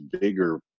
bigger